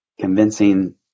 convincing